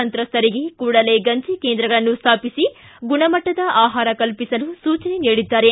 ಸಂತ್ರಸ್ತರಿಗೆ ಕೂಡಲೇ ಗಂಜಿ ಕೇಂದ್ರಗಳನ್ನು ಸ್ಥಾಪಿಸಿ ಗುಣಮಟ್ಟದ ಆಹಾರ ಕಲ್ಪಿಸಲು ಸೂಚನೆ ನೀಡಿದ್ದಾರೆ